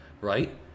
right